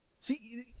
See